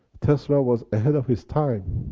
tesla was ahead of his time,